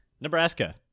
Nebraska